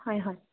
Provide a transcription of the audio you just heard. হয় হয়